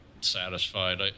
satisfied